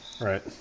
Right